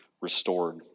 restored